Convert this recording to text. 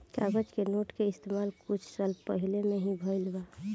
कागज के नोट के इस्तमाल कुछ साल पहिले में ही भईल बा